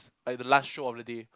like the last show of the day